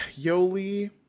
Yoli